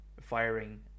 firing